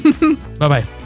Bye-bye